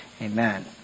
Amen